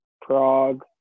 Prague